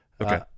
Okay